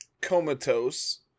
Comatose